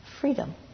freedom